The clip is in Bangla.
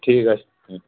ঠিক আছে হুম